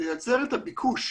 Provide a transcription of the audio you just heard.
לייצר את הביקוש,